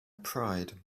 pride